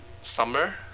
Summer